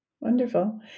wonderful